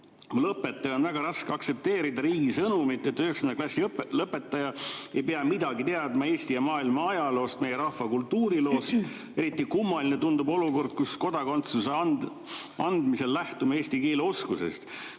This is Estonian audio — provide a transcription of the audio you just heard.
õpetajana on väga raske aktsepteerida riigi sõnumit, et 9. klassi lõpetaja ei pea mitte midagi teadma Eesti ja maailma ajaloost, meie rahva kultuuriloost. [---] Eriti kummaline tundub olukord, kus kodakondsust andes lähtume eesti keele oskusest,